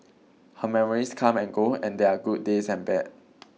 her memories come and go and there are good days and bad